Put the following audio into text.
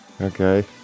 Okay